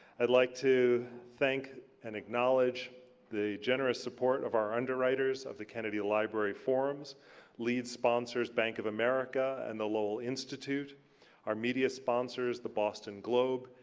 i'd like to thank and acknowledge the generous support of our underwriters of the kennedy library forums lead sponsors, bank of america and the lowell institute our media sponsors, the boston globe,